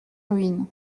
ruines